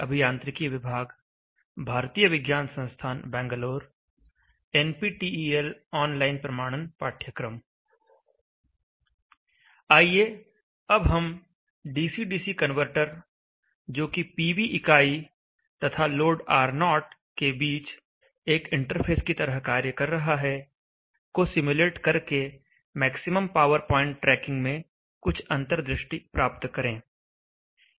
आइए अब हम डीसी डीसी कन्वर्टर जोकि पीवी इकाई तथा लोड R0 के बीच एक इंटरफ़ेस की तरह कार्य कर रहा है को सिम्युलेट करके मैक्सिमम पावर प्वाइंट ट्रैकिंग में कुछ अंतर्दृष्टि प्राप्त करें